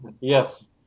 Yes